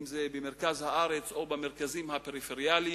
אם זה במרכז הארץ או במרכזים הפריפריאליים,